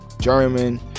German